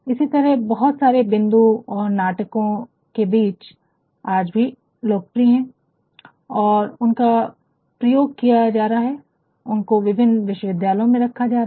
इसी तरह बहुत सारे बिंदु और नाटकों के शब्द आज भी लोकप्रिय है और उनका प्रयोग किया जा रहा है उनको विभिन्न विश्वविद्यलयो में इसको रखा जाता है